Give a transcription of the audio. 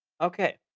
Okay